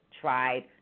tried